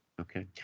Okay